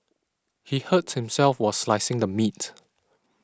he hurt himself while slicing the meat